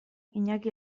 iñaki